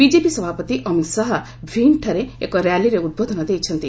BJP ସଭାପତି ଅମିତ୍ ଶାହା ଭିଣ୍ଡ୍ଠାରେ ଏକ ର୍ୟାଲିରେ ଉଦ୍ବୋଧନ ଦେଇଛନ୍ତି